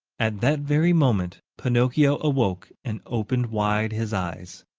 at that very moment, pinocchio awoke and opened wide his eyes.